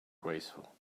graceful